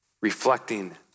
reflecting